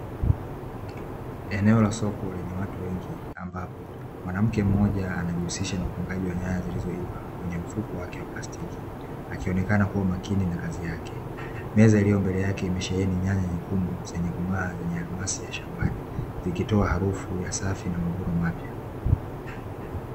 Eneo la soko lenye watu wengi ambapo mwanamke mmoja anajihusisha na upangaji wa nyanya zilizoiva kwenye mfuko wake wa plastiki, akionekana kuwa makini na kazi yake. Meza iliyo mbele yake imesheheni nyanya nyekundu zenye kung'aa zenye almasi ya shambani zikitoa harufu safi ya mavuno mapya.